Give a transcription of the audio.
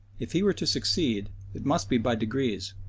if he were to succeed, it must be by degrees,